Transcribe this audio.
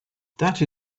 that